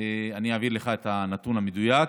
ואעביר לך את הנתון המדויק.